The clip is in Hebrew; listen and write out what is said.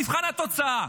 מבחן התוצאה.